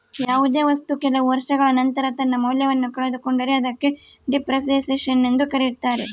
ಯಾವುದೇ ವಸ್ತು ಕೆಲವು ವರ್ಷಗಳ ನಂತರ ತನ್ನ ಮೌಲ್ಯವನ್ನು ಕಳೆದುಕೊಂಡರೆ ಅದಕ್ಕೆ ಡೆಪ್ರಿಸಸೇಷನ್ ಎಂದು ಕರೆಯುತ್ತಾರೆ